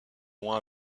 loin